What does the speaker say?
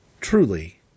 Truly